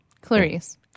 Clarice